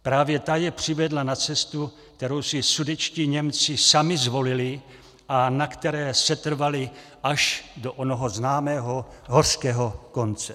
Právě ta je přivedla na cestu, kterou si sudetští Němci sami zvolili a na které setrvali až do onoho známého hořkého konce.